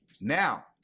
Now